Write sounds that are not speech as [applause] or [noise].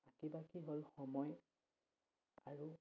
[unintelligible] হ'ল সময় আৰু